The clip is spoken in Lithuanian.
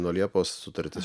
nuo liepos sutartis